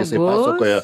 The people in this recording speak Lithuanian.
jisai pasakoja